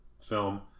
film